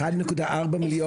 1.4 מיליון?